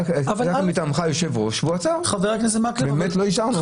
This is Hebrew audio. היה כאן מטעמך יושב-ראש והוא עצר ובאמת לא אישרנו.